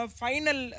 final